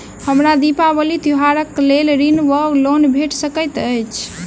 हमरा दिपावली त्योहारक लेल ऋण वा लोन भेट सकैत अछि?